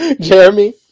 Jeremy